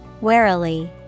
Warily